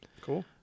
Cool